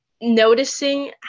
noticing